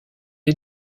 est